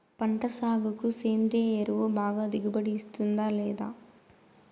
పంట సాగుకు సేంద్రియ ఎరువు బాగా దిగుబడి ఇస్తుందా లేదా